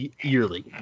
yearly